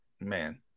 man